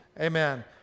Amen